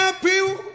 people